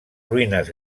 ruïnes